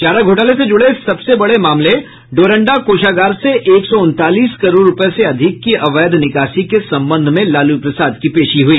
चारा घोटाले से जुड़े सबसे बड़े मामले डोरंडा कोषागार से एक सौ उनतालीस करोड़ रूपये से अधिक की अवैध निकासी के संबंध में लालू प्रसाद की पेशी हुई